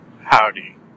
howdy